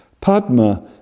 Padma